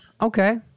Okay